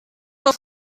auf